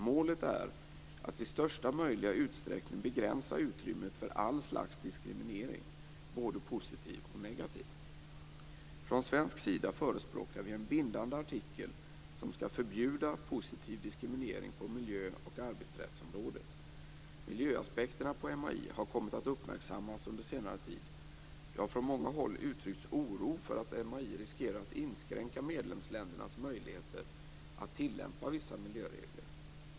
Målet är att i största möjliga utsträckning begränsa utrymmet för all slags diskriminering - både positiv och negativ. Från svensk sida förespråkar vi en bindande artikel som skall förbjuda positiv diskriminering på miljö och arbetsrättsområdet. Miljöaspekterna på MAI har kommit att uppmärksammas under senare tid. Det har från många håll uttryckts oro för att MAI riskerar att inskränka medlemsländernas möjligheter att tilllämpa vissa miljöregler.